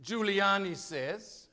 giuliani says